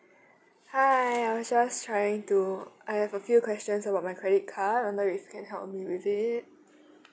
hi I was just trying to I have a few questions about my credit card wondering if you can help me with it